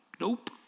Nope